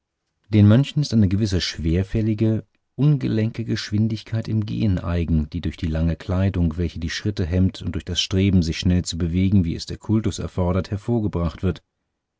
den mönchen ist eine gewisse schwerfällige ungelenke geschwindigkeit im gehen eigen die durch die lange kleidung welche die schritte hemmt und durch das streben sich schnell zu bewegen wie es der kultus erfordert hervorgebracht wird